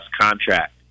contract